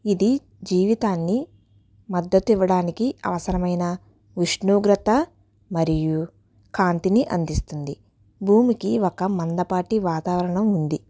ఇది జీవితాన్ని మద్దతు ఇవ్వడానికి అవసరమైన ఉష్ణోగ్రత మరియు కాంతిని అందిస్తుంది భూమికి ఒక మందపాటి వాతావరణం ఉంది